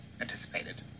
anticipated